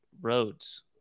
roads